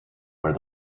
where